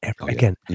Again